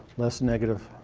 less negative.